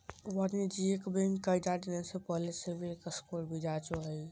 वाणिज्यिक बैंक कर्जा देने से पहले सिविल स्कोर भी जांचो हइ